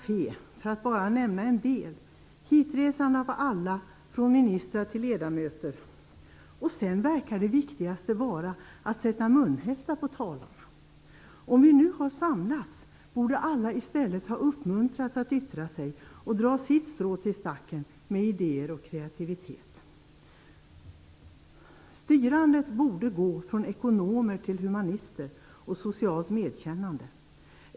Då har jag bara nämnt några exempel. Allt från ministrar till ledamöter har rest hit. Sedan verkar det viktigaste vara att sätta munkavle på talarna. När vi nu har samlats borde alla i stället ha uppmuntrats att yttra sig och dra sitt strå till stacken med idéer och kreativitet. Styrandet borde gå från ekonomer till humanister och socialt medkännande.